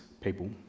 people